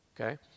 Okay